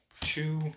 two